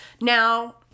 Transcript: Now